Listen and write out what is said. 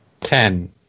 Ten